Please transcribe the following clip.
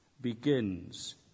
begins